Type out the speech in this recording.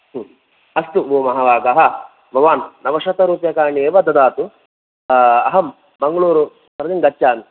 हा अस्तु भो महाभागाः भवान् नवशत रूप्यकाणि एव ददातु अहं मङ्गळूरु प्रतिं गच्छामि